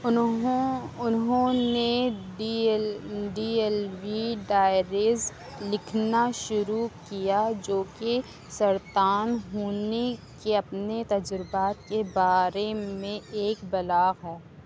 انہوں انہوں نے D D L V diaries لکھنا شروع کیا جو کہ سرطان ہونے کے اپنے تجربات کے بارے میں ایک بلاگ ہے